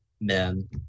men